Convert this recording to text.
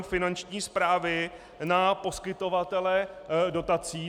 Finanční správy na poskytovatele dotací.